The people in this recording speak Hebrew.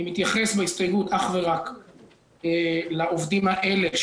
אני מתייחס בהסתייגות אך ורק לעובדים האלה,